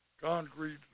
concrete